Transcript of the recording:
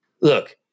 Look